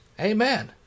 Amen